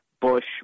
Bush